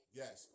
yes